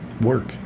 work